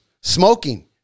Smoking